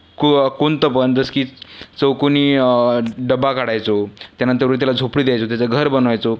को कोणतंपण जसं की चौकोनी डबा काढायचो त्यानंतर मग त्याला झोपडी द्यायचो त्याचं घर बनवायचो